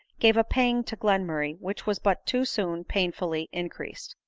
gave a pang to glenmurray which was but too soon painfully increased.